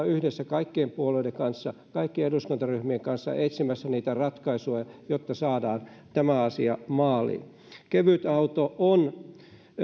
yhdessä kaikkien puolueiden kanssa kaikkien eduskuntaryhmien kanssa etsimässä niitä ratkaisuja jotta saadaan tämä asia maaliin kevytauto on